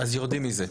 אז יורדים מזה?